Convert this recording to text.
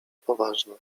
poważna